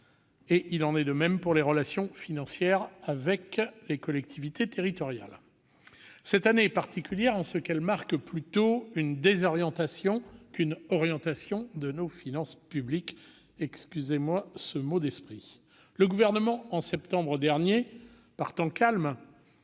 Il en va de même pour les relations financières de l'État avec les collectivités territoriales. Cette année est particulière, en ce qu'elle marque plutôt une désorientation qu'une orientation de nos finances publiques- pardonnez-moi ce mot d'esprit ... Le Gouvernement, en septembre dernier, donc par temps calme,